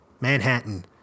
Manhattan